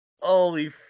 Holy